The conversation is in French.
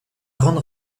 grande